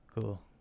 Cool